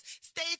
Stay